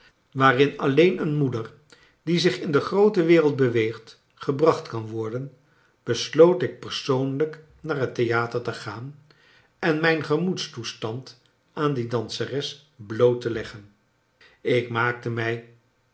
waarin alleen een moeder die zich in de groote wereld beweegt gebracht kan worden besloot ik persoonlijk naar het theater te gaan en mijns gemoedstoestand aan die danseres bloot te leggen ik maakte mrj